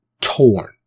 torn